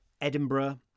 Edinburgh